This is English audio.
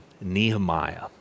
Nehemiah